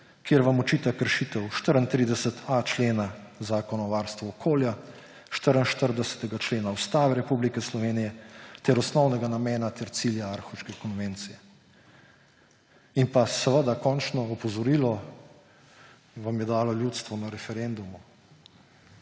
kjer vam očita kršitev 34.a člena Zakona o varstvu okolja, 44. člena Ustave Republike Slovenije ter osnovnega namena ter cilja Aarhuške konvencije. In pa seveda končno opozorilo vam je dalo ljudstvo na referendumu.